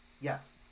Yes